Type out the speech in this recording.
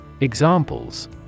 Examples